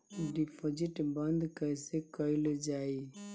Deposit बंद कैसे कैल जाइ?